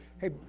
hey